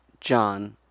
John